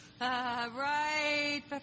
right